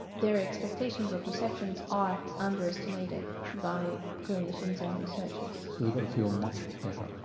their expectations or perceptions are under-estimated by clinicians and researchers. so they've got to feel much better?